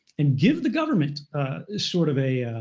and give the government sort of a